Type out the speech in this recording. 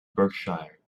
berkshire